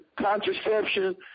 contraception